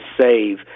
save